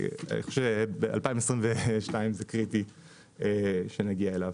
ב-2022 זה קריטי שנגיע אליו.